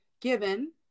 given